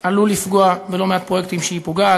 עלול לפגוע בלא מעט פרויקטים שהיא עושה,